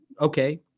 okay